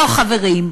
לא, חברים,